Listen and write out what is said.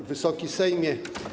Wysoki Sejmie!